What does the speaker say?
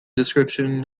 description